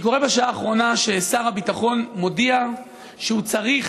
אני קורא בשעה האחרונה ששר הביטחון מודיע שהוא צריך